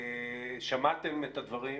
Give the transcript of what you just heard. שמעתם את הדברים.